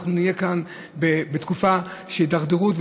אנחנו נהיה כאן בתקופה של הידרדרות,